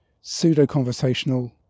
pseudo-conversational